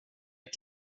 ett